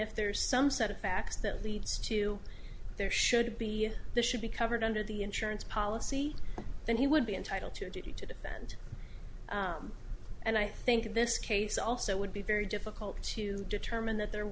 if there is some set of facts that leads to there should be the should be covered under the insurance policy that he would be entitled to a duty to defend and i think this case also would be very difficult to determine that there